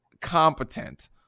competent